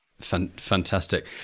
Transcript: Fantastic